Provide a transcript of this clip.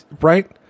Right